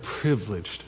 privileged